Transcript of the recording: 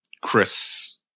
Chris